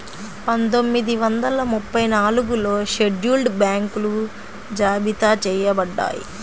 పందొమ్మిది వందల ముప్పై నాలుగులో షెడ్యూల్డ్ బ్యాంకులు జాబితా చెయ్యబడ్డాయి